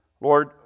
Lord